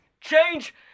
change